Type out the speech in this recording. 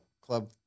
club